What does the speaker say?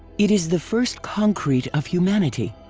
it is the first concrete of humanity.